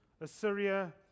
Assyria